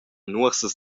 nuorsas